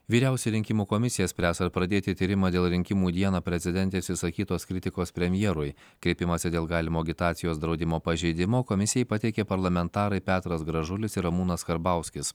vyriausioji rinkimų komisija spręs ar pradėti tyrimą dėl rinkimų dieną prezidentės išsakytos kritikos premjerui kreipimąsi dėl galimo agitacijos draudimo pažeidimo komisijai pateikė parlamentarai petras gražulis ir ramūnas karbauskis